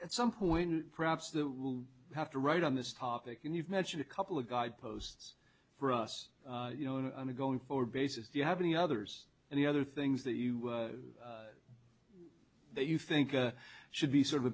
at some point perhaps there will have to write on this topic and you've mentioned a couple of guideposts for us you know going forward bases you have any others and the other things that you that you think should be sort of a